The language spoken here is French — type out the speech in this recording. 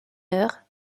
heure